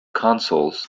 consuls